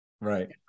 right